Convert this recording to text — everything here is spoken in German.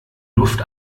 luft